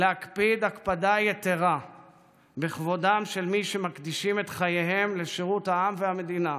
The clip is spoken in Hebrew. להקפיד הקפדה יתרה בכבודם של מי שמקדישים את חייהם לשירות העם והמדינה: